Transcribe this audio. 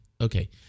Okay